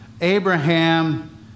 Abraham